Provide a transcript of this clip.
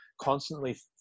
constantly